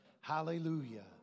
Hallelujah